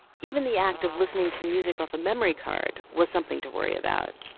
even the act of listening to music off a memory card was something to worry about,